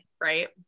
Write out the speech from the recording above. Right